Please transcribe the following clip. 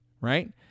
right